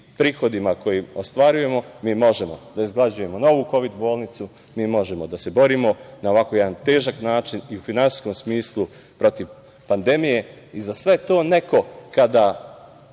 prihodima koje ostvarujemo mi možemo da izgradimo novu kovid bolnicu, možemo da se borimo na ovako jedan težak način i u finansijskom smislu protiv pandemije.Za sve to neko kada